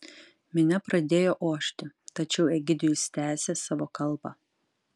minia pradėjo ošti tačiau egidijus tęsė savo kalbą